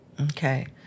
Okay